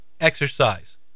exercise